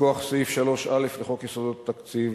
מכוח סעיף 3א לחוק יסודות התקציב.